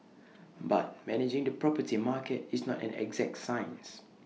but managing the property market is not an exact science